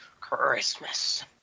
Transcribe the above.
christmas